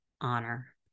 honor